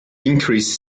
increased